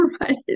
right